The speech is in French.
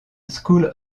school